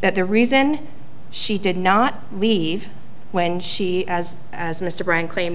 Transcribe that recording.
that the reason she did not leave when she as as mr brown claim